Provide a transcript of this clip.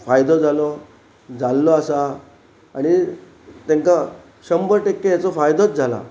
फायदो जालो जाल्लो आसा आनी तांकां शंबर टक्के हाचो फायदोच जाला